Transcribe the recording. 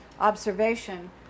observation